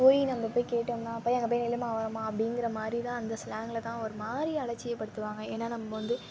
போய் நம்ப போய் கேட்டம்ன்னா போய் அங்க போய் நில்லும்மா ஓரமாக அப்படிங்கிற மாதிரி தான் அந்த ஸ்லேங்கில் தான் ஒரு மாதிரி அலட்சியப்படுத்துவாங்க ஏன்னா நம்ப வந்து